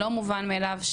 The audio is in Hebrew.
לא מובן מאליו,